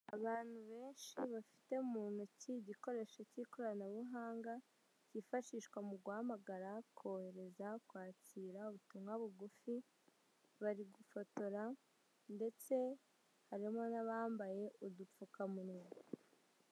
Abantu benshi bafite mu ntoki igikoresho k'ikoranabuhanga kifashishwa mu guhamagara, kohereza, kwakira ubutumwa bugufi bari gufotora ndetse harimo n'abambaye udupfukamunwa.